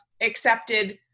accepted